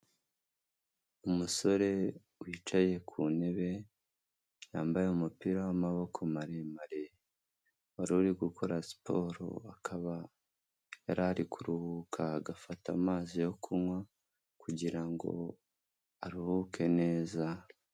Umusore wicaye ku ntebe yambaye umupira wamaboko maremare, wari uri gukora siporo akaba yarari kuruhuka agafata amazi yo kunywa kugira ngo aruhuke neza.